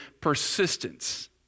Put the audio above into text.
persistence